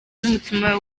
n’umutima